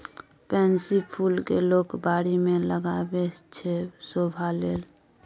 pansy फुल केँ लोक बारी मे लगाबै छै शोभा लेल